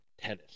tennis